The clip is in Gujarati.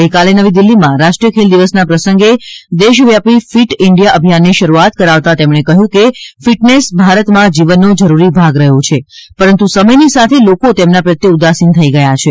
ગઇકાલે નવી દિલ્હીમાં રાષ્ટ્રીય ખેલ દિવસના પ્રસંગે દેશવ્યાપી ફિટ ઇન્ડિયા અભિયાનની શરૂઆત કરાવતા તેમણે કહ્યું હતું કે ફિટનેસ ભારતમાં જીવનનો જરૂરી ભાગ રહ્યો છે પરંતુ સમયની સાથે લોકો તેમના પ્રત્યે ઉદાસીન થઈ ગયા છે